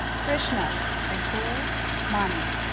krishna shankar mani